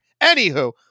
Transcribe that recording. Anywho